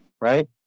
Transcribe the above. right